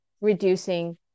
reducing